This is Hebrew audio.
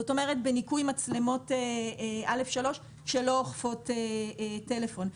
זאת אומרת, בניכוי מצלמות א3 שלא אוכפות טלפון.